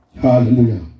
Hallelujah